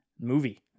movie